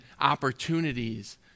opportunities